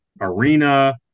Arena